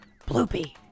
Bloopy